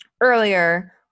earlier